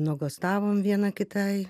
nuogąstavom viena kitai